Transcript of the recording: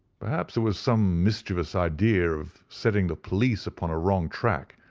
perhaps it was some mischievous idea of setting the police upon a wrong track,